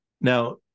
Now